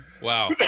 Wow